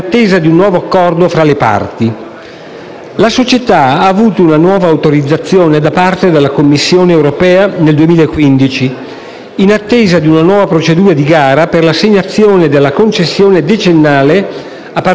La società ha avuto una nuova autorizzazione da parte della Commissione europea nel 2015, in attesa di una nuova procedura di gara per l'assegnazione della concessione decennale, a partire dal giugno 2018.